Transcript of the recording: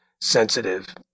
sensitive